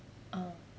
ah